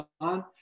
on